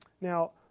Now